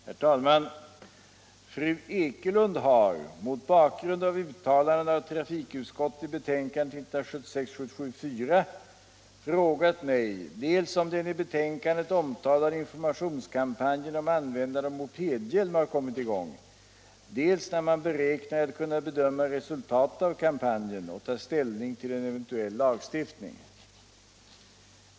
Herr talman! Fru Ekelund har - mot bakgrund av uttalanden av trafikutskottet i betänkandet 1976/77:4 — frågat mig dels om den i betänkandet omtalade informationskampanjen om användande av mopedhjälm har kommit i gång, dels när man beräknar att kunna bedöma resultatet av kampanjen och ta ställning till en eventuell lagstiftning.